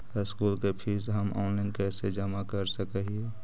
School के फीस हम ऑनलाइन कैसे जमा कर सक हिय?